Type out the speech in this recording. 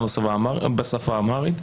גם בשפה האמהרית,